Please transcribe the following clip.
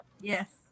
yes